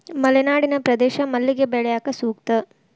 ಮಲೆನಾಡಿನ ಪ್ರದೇಶ ಮಲ್ಲಿಗೆ ಬೆಳ್ಯಾಕ ಸೂಕ್ತ